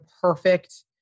perfect